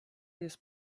jest